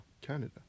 Canada